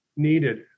needed